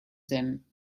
them